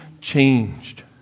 changed